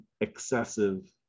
excessive